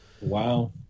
Wow